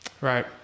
Right